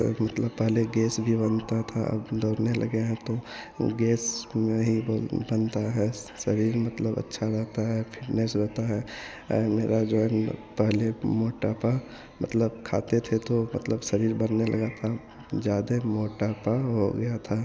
मतलब पहले गैस भी बनता था अब दौड़ने लगे हैं तो गैस नहीं बन बनता है शरीर मतलब अच्छा रहता है फिटनेस बढ़ा है मेरा पहले मोटापा मतलब खाते थे तो मतलब शरीर बनने लगा था ज़्यादे मोटापा हो गया था